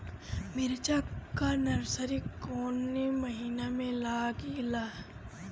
मिरचा का नर्सरी कौने महीना में लागिला?